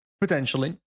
Potentially